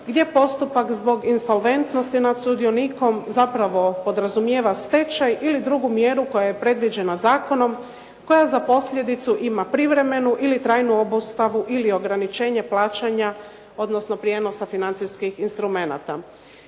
gdje postupak zbog insolventnosti nad sudionikom zapravo podrazumijeva stečaj ili drugu mjeru koja je predviđena zakonom koja za posljedicu ima privremenu ili trajnu obustavu ili ograničenje plaćanja odnosno prijenosa financijskih instrumenata.